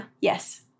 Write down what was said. Yes